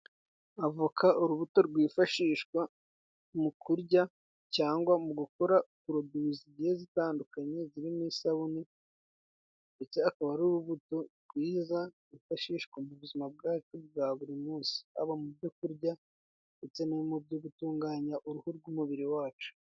Avoka urubuto rwifashishwa mu kurya cyangwa mu gukora poroduwi zigiye zitandukanye zirimo isabune, ndetse akaba ari urubuto rwiza rwifashishwa mu buzima bwacu bwa buri munsi, haba mu byokurya ndetse no mu byo gutunganya uruhu rw'umubiri wacu.